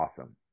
awesome